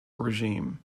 regime